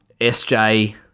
SJ